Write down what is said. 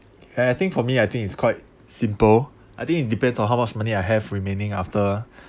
ya I think for me I think it's quite simple I think it depends on how much money I have remaining after